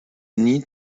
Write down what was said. need